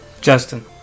Justin